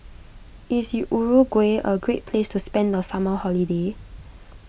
is Uruguay a great place to spend the summer holiday